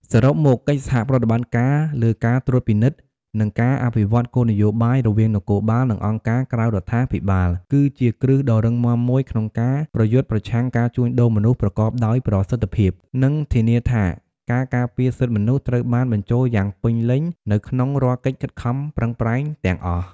សរុបមក កិច្ចសហប្រតិបត្តិការលើការត្រួតពិនិត្យ និងការអភិវឌ្ឍគោលនយោបាយរវាងនគរបាល និងអង្គការក្រៅរដ្ឋាភិបាល គឺជាគ្រឹះដ៏រឹងមាំមួយក្នុងការប្រយុទ្ធប្រឆាំងការជួញដូរមនុស្សប្រកបដោយប្រសិទ្ធភាព និងធានាថាការការពារសិទ្ធិមនុស្សត្រូវបានបញ្ចូលយ៉ាងពេញលេញនៅក្នុងរាល់កិច្ចខិតខំប្រឹងប្រែងទាំងអស់។